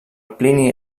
plini